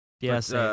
Yes